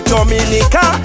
Dominica